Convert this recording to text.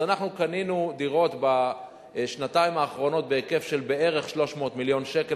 אז אנחנו קנינו דירות בשנתיים האחרונות בהיקף של בערך 300 מיליון שקל,